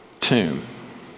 tomb